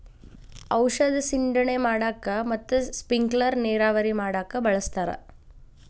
ಔಷದ ಸಿಂಡಣೆ ಮಾಡಾಕ ಮತ್ತ ಸ್ಪಿಂಕಲರ್ ನೇರಾವರಿ ಮಾಡಾಕ ಬಳಸ್ತಾರ